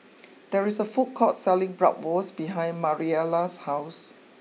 there is a food court selling Bratwurst behind Mariela's house